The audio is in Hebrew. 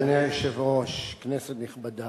אדוני היושב-ראש, כנסת נכבדה,